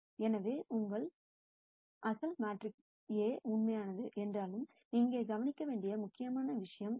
எனவே உங்கள் அசல் மேட்ரிக்ஸ் A உண்மையானது என்றாலும் இங்கே கவனிக்க வேண்டிய முக்கியமான விஷயம் இது